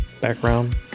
background